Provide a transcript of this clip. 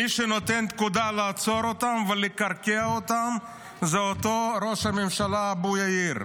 מי שנותן פקודה לעצור אותם ולקרקע אותם זה אותו ראש הממשלה אבו יאיר.